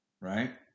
right